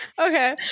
Okay